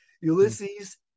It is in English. Ulysses